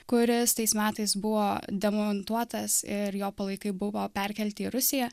kuris tais metais buvo demontuotas ir jo palaikai buvo perkelti į rusiją